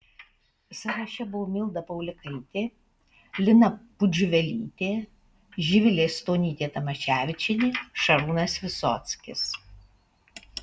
sąraše buvo milda paulikaitė lina pudžiuvelytė živilė stonytė tamaševičienė šarūnas visockis